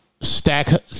stack